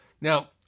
Now